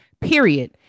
period